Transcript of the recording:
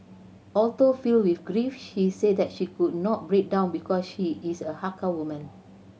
although filled with grief she said that she could not break down because she is a Hakka woman